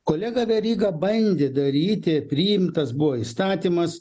kolega veryga bandė daryti priimtas buvo įstatymas